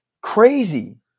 Crazy